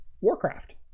Warcraft